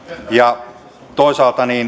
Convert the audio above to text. ja toisaalta